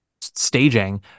staging